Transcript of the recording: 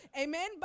Amen